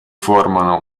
formano